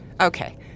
Okay